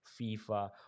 FIFA